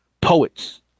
Poets